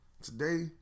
today